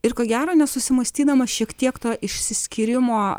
ir ko gero nesusimąstydama šiek tiek to išsiskyrimo